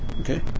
okay